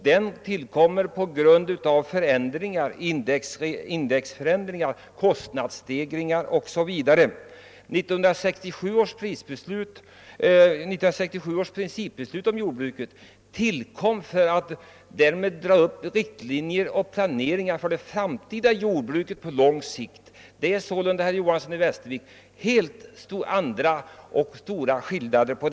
Den tillkommer på grund av indexförändringar, kostnadsstegringar o.s.v. 1967 års principbeslut om jordbruket tillkom i syfte att planera och dra upp riktlinjer för det framtida jordbruket på lång sikt. Det är sålunda här en väsentlig skillnad.